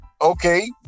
Okay